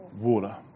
water